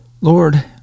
Lord